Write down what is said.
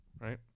right